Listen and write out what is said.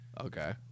okay